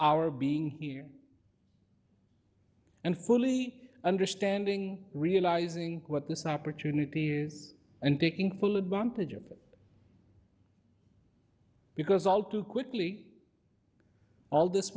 our being here and fully understanding realizing what this opportunity is and taking full advantage of it because all too quickly all this